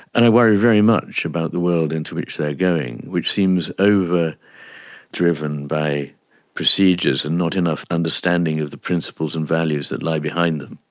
and i worry very much about the world into which they're going, which seems overdriven by procedures and not enough understanding of the principles and values that lie behind them.